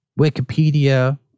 Wikipedia